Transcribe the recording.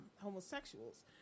homosexuals